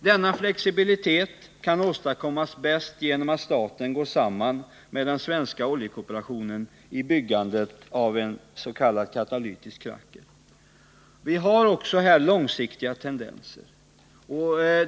Denna flexibilitet kan bäst åstadkommas genom att staten går samman med den svenska oljekooperationen i byggandet av en s.k. katalytisk kracker. Vi har också här långsiktiga tendenser.